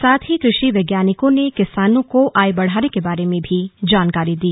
साथ ही कृषि वैज्ञानिकों ने किसानों को आय बढाने के बारे में भी जानकारी दी